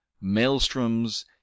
maelstroms